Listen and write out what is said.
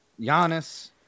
Giannis